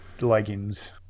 leggings